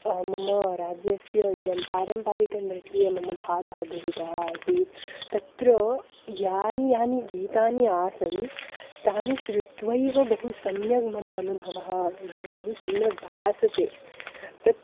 अहं मम राज्यस्य इदं पारम्पारिकनृत्ये मम भागः गृहितः आसीत् तत्र यानि यानि गीतानि आसन् तानि शृत्वैव बहु सम्यग् मम अनुभवः नाम बहु सम्यग् भासते तत्